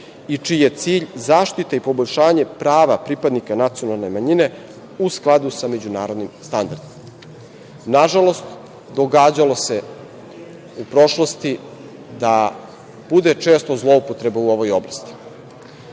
i čiji je cilj zaštita i poboljšanje prava pripadnika nacionalne manjine u skladu sa međunarodnom standardima. Nažalost, događalo se u prošlosti da bude često zloupotreba u ovoj oblasti.